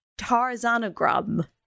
tarzanogram